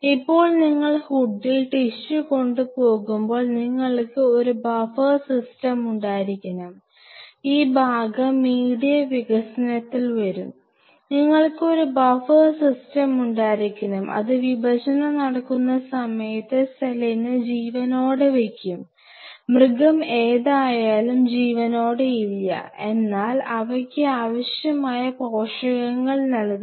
ഇപ്പോൾ നിങ്ങൾ ഹുഡിൽ ടിഷ്യു കൊണ്ടുപോകുമ്പോൾ നിങ്ങൾക്ക് ഒരു ബഫർ സിസ്റ്റം ഉണ്ടായിരിക്കണം ഈ ഭാഗം മീഡിയം വികസനത്തിൽ വരും നിങ്ങൾക്ക് ഒരു ബഫർ സിസ്റ്റം ഉണ്ടായിരിക്കണം അത് വിഭജനം നടക്കുന്ന സമയത്തു സെല്ലിനെ ജീവനോടെ വെയ്ക്കും മൃഗം എന്തായാലും ജീവനോടെയില്ല എന്നാൽ അവയ്ക്കു ആവശ്യമായ പോഷകങ്ങൾ നൽകണം